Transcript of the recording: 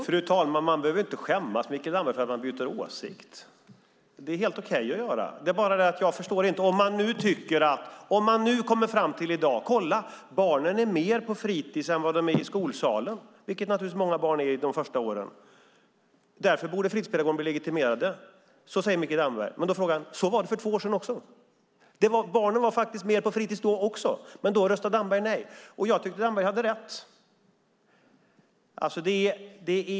Fru talman! Man behöver inte skämmas för att man byter åsikt, Mikael Damberg. Det är helt okej att göra det om man i dag kommer fram till: Kolla, barnen är mer på fritis än i skolsalen - vilket naturligtvis många barn är de första åren - och därför borde fritidspedagoger bli legitimerade. Det säger Mikael Damberg, men så var det också för två år sedan. Barnen var faktiskt mer på fritis då också, men då röstade Damberg nej. Jag tyckte att Damberg hade rätt.